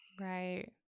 Right